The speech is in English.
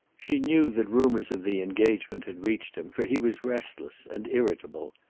she knew that rumors of the engagement had reached him, for he was restless and irritable.